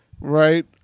Right